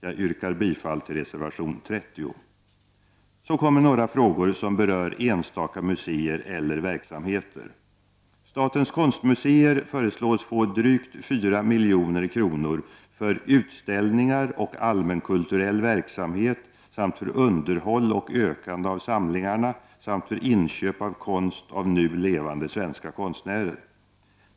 Jag yrkar bifall till reservation 30. Sedan vill jag ta upp några frågor som berör enstaka museer eller verksamheter. Statens konstmuseer föreslås få totalt drygt 4 milj.kr. för utställningar och allmänkulturell verksamhet samt för underhåll och ökande av samlingarna och inköp av konst av nu levande svenska konstnärer.